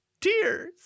tears